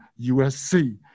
USC